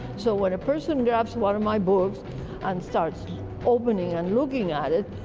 so when a person grabs one of my books and starts opening and looking at it,